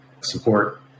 support